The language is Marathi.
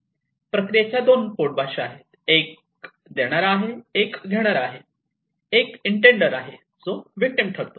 प्रक्रियेच्या दोन पोटभाषा आहेत एक देणारा आहे एक घेणारा आहे एक इन्टेंडर आहे जो व्हिक्टिम ठरतो